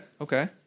okay